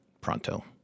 pronto